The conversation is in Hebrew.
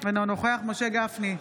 אינו נוכח משה גפני,